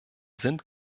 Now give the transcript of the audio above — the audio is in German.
sind